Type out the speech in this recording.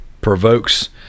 provokes